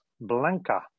blanca